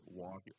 walk